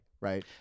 right